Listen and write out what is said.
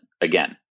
again